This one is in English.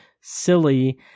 silly